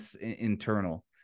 internal